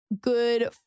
good